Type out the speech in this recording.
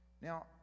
now